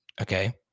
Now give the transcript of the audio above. okay